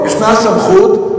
יש סמכות,